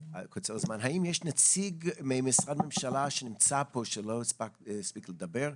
האם יש נציג של משרד ממשלתי שנמצא פה שלא הספיק לדבר?